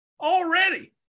already